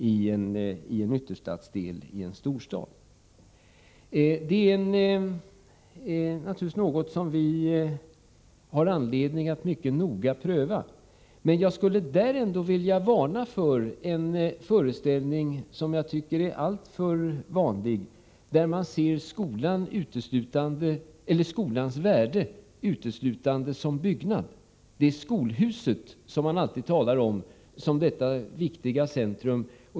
Detta är naturligtvis någonting som vi har anledning att mycket noga pröva, men jag skulle ändå vilja varna för en föreställning som jag tycker är alltför vanlig och där man uteslutande ser till skolans värde som byggnad. Det är skolhuset man alltid talar om som detta viktiga centrum.